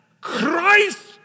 Christ